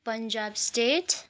Punjab state